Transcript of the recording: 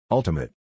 Ultimate